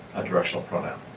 a directional pronoun.